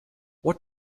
what